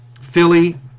Philly